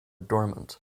dormant